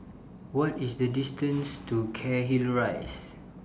What IS The distance to Cairnhill Rise